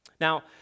Now